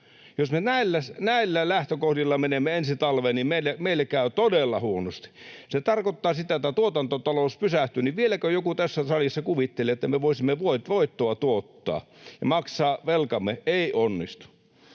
Jos me näillä lähtökohdilla menemme ensi talveen, niin meille käy todella huonosti. Se tarkoittaa sitä, että tuotantotalous pysähtyy. Vieläkö joku tässä salissa kuvittelee, että me voisimme voittoa tuottaa ja maksaa velkamme — ei onnistu.